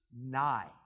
nigh